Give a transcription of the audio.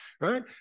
Right